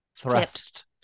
thrust